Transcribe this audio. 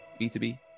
B2B